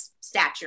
stature